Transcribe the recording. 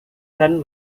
dan